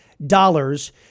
Dollars